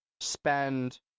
spend